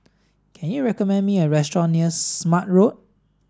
can you recommend me a restaurant near Smart Road